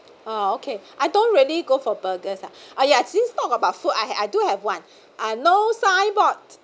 uh okay I don't really go for burgers ah oh ya since talk about food I I do have one uh no signboard